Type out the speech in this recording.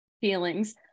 Feelings